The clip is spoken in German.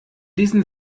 diesen